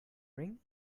ring